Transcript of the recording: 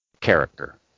Character